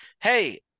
hey